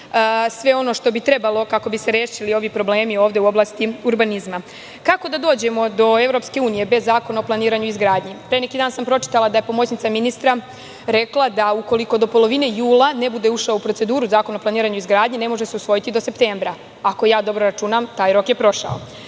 sve ono što bi trebalo, kako bi se rešili ovi problemi ovde u oblasti urbanizma. Kako da dođemo do Evropske unije bez zakona o planiranju i izgradnji? Pre neki dan sam pročitala da je pomoćnica ministra rekla da ukoliko do polovine jula ne bude ušao u proceduru zakon o planiranju i izgradnji, ne može se usvojiti do septembra. Ako dobro računam, taj rok je prošao. Kako